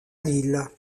lille